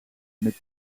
met